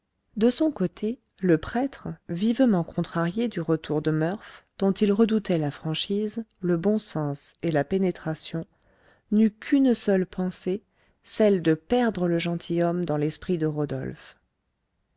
de son côté le prêtre vivement contrarié du retour de murph dont il redoutait la franchise le bon sens et la pénétration n'eut qu'une seule pensée celle de perdre le gentilhomme dans l'esprit de rodolphe